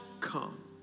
come